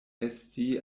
esti